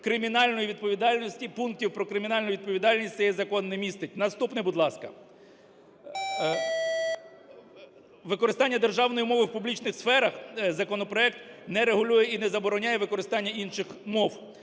Кримінальної відповідальності, пунктів про кримінальну відповідальність цей закон не містить. Наступне, будь ласка. Використання державної мови в публічних сферах законопроект не регулює і не забороняє використання інших мов.